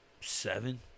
seven